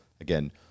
again